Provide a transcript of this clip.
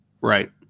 Right